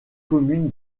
commune